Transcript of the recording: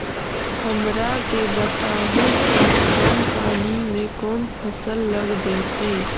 हमरा के बताहु कि कम पानी में कौन फसल लग जैतइ?